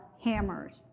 hammers